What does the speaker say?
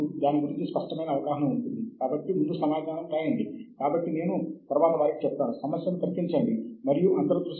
మనము కొన్ని వ్యాసాలను సైటేషన్ క్లాసిక్స్ అని పిలుస్తాము